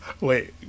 Wait